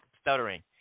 stuttering